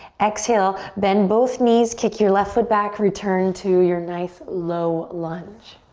exhale, bend both knees kick your left foot back, return to your nice low lunge.